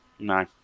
No